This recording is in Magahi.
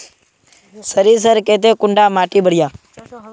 सरीसर केते कुंडा माटी बढ़िया?